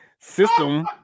system